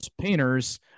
painters